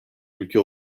ülke